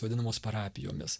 vadinamos parapijomis